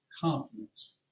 confidence